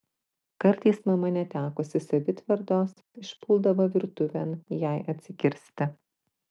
kartais mama netekusi savitvardos išpuldavo virtuvėn jai atsikirsti